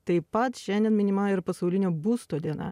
taip pat šiandien minima ir pasaulinė būsto diena